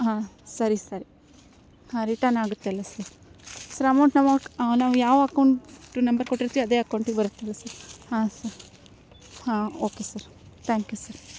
ಹಾಂ ಸರಿ ಸರಿ ಹಾಂ ರಿಟರ್ನ್ ಆಗತ್ತೆ ಅಲ್ಲ ಸರ್ ಸ್ರ ಅಮೌಂಟ್ ನಾವು ಯಾವ ಅಕೌಂಟ್ ನಂಬರ್ ಕೊಟ್ಟಿರ್ತಿ ಅದೇ ಅಕೌಂಟಿಗೆ ಬರುತ್ತಲ್ಲ ಸರ್ ಹಾಂ ಸರ್ ಹಾಂ okay sir thank you sir